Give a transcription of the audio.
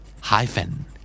Hyphen